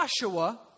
Joshua